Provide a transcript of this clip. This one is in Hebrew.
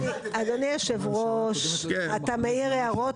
אדוני יושב הראש, אתה מעיר הערות